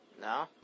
No